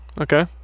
Okay